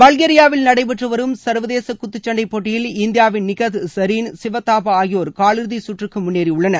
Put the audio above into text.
பல்கேரியாவில் நடைபெற்று வரும் சர்வதேச குத்துச்சன்டை போட்டியில் இந்தியாவின் நிக்கத் ஜரீன் ஷிவ தாபா ஆகியோர் காலிறுதி சுற்றுக்கு முன்னேறியுள்ளனர்